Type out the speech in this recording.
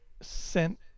sent